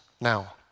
now